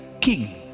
king